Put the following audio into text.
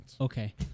Okay